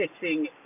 sitting